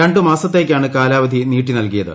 രണ്ടു മാസത്തേക്കാണ് കാലവധി നീട്ടി നൽകിയത്